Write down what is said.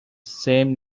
same